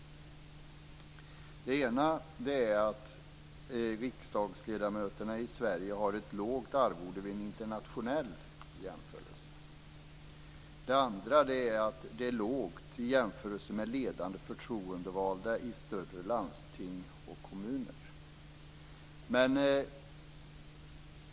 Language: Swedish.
Det första är att riksdagsledamöterna i Sverige har ett lågt arvode vid en internationell jämförelse. Det andra är att det är ett lågt arvode i jämförelse med de för ledande förtroendevalda i större landsting och kommuner.